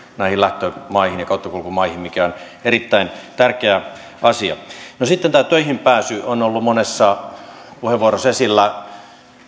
näihin lähtömaihin ja kauttakulkumaihin mikä on erittäin tärkeä asia sitten tämä töihin pääsy on ollut monessa puheenvuorossa esillä